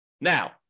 Now